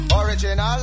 Original